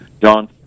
John